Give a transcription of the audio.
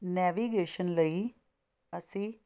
navigation ਲਈ ਅਸੀਂ